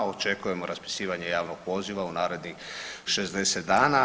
Očekujemo raspisivanje javnog poziv u narednih 60 dana.